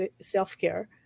self-care